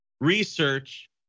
Research